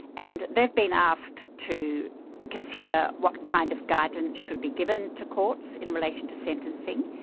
and they've been asked to consider what kind of guidance should be given to courts in relation to sentencing,